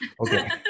Okay